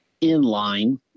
inline